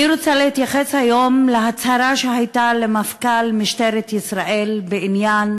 אני רוצה להתייחס היום להצהרה של מפכ"ל משטרת ישראל בעניין